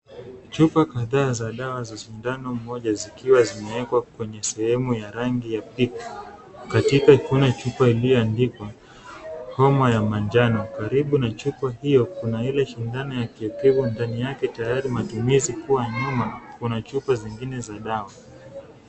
Chupa kadhaa za dawa za sindano moja zikiwa zimeekwa kwenye sehemu ya rangi ya pink Katika kuna chupa ilioandikwa homa ya manjano. Karibu na chupa hiyo kuna ile sindano ikiekewa ndani yake tayari matumizi kuwa nyuma kuna chupa zingine za dawa.